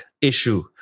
issue